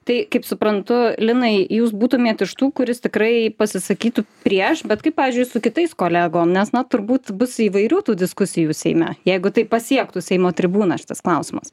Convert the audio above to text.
tai kaip suprantu linai jūs būtumėt iš tų kuris tikrai pasisakytų prieš bet kaip pavyžiui su kitais kolegom nes na turbūt bus įvairių tų diskusijų seime jeigu tai pasiektų seimo tribūną šitas klausimas